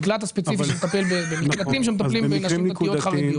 אבל מקלטים ספציפיים שמטפלים בנשים דתיות וחרדיות